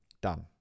Done